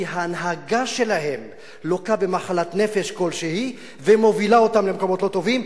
כי ההנהגה שלהן לוקה במחלת נפש כלשהי ומובילה אותן למקומות לא טובים.